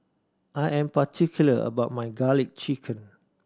I am particular about my Garlic Chicken